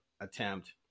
attempt